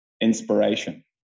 inspiration